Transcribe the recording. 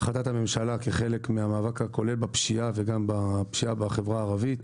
החלטת הממשלה כחלק מהמאבק הכולל בפשיעה וגם בפשיעה בחברה הערבית.